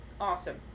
Awesome